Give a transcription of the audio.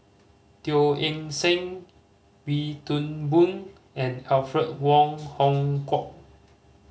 Teo Eng Seng Wee Toon Boon and Alfred Wong Hong Kwok